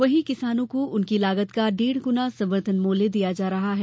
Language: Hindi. वहीं किसानों को उनकी लागत का डेढ़ गुना समर्थन मूल्य दिया जा रहा है